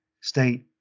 state